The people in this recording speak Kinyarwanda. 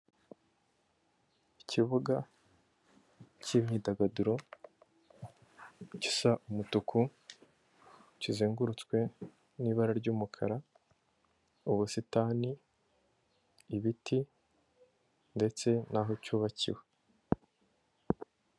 Ikibuga cy'imyidagaduro gisa umutuku kizengurutswe n'ibara ry'umukara, ubusitani, ibiti ndetse n'aho cyubakiwe.